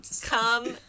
Come